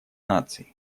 наций